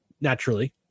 naturally